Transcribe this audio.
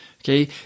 Okay